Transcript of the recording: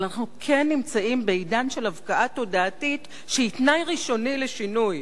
אבל אנחנו כן נמצאים בעידן של הבקעה תודעתית שהיא תנאי ראשוני לשינוי.